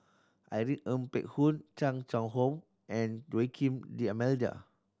Irene Ng Phek Hoong Chan Chang How and Joaquim D'Almeida